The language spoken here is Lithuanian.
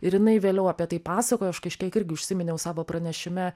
ir jinai vėliau apie tai pasakojo aš kažkiek irgi užsiminiau savo pranešime